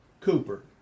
Cooper